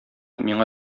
миңа